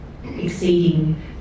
exceeding